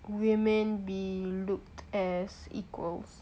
we may be looked as equals